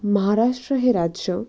महाराष्ट्र हे राज्य